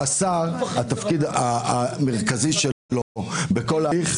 תפקידו המרכזי של השר בכל ההליך